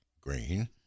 green